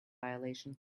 violation